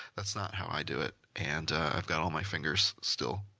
that's not how i do it. and i've got all my fingers still,